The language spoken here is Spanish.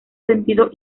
sentido